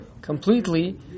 completely